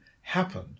happen